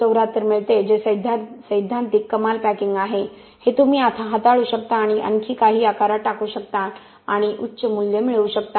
74 मिळते जे सैद्धांतिक कमाल पॅकिंग आहे हे तुम्ही हाताळू शकता आणि आणखी काही आकारात टाकू शकता आणि उच्च मूल्य मिळवू शकता